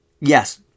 yes